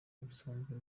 ubusanzwe